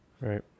Right